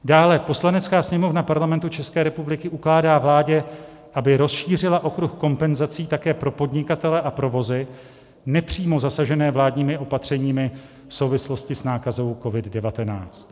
Dále: Poslanecká sněmovna Parlamentu České republiky ukládá vládě, aby rozšířila okruh kompenzací také pro podnikatele a provozy nepřímo zasažené vládními opatřeními v souvislosti s nákazou COVID19.